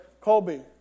Colby